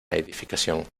edificación